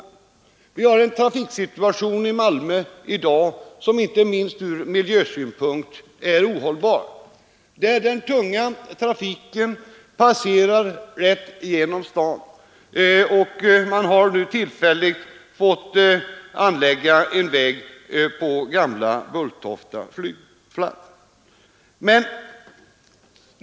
I Malmö har vi i dag en trafiksituation som inte minst från miljösynpunkt är ohållbar. Den tunga trafiken passerar rätt i genom staden, och man har nu tillfälligt fått anlägga en väg på gamla Bulltofta flygplats.